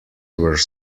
were